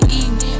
evening